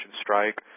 strike